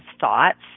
thoughts